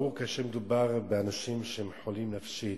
ברור, כאשר מדובר באנשים שהם חולים נפשית,